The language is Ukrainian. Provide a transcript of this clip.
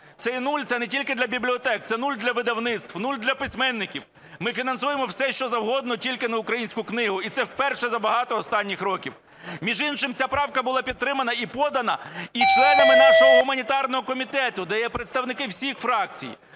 Цей нуль – це не тільки для бібліотек, це нуль для видавництв, нуль для письменників. Ми фінансуємо все що завгодно, тільки не українську книгу і це вперше за багато останніх років. Між іншим ця правка була підтримана і подана, і членами нашого гуманітарного комітету, де є представники всіх фракцій.